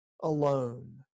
alone